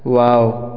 wow